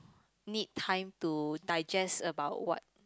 need time to digest about what